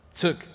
took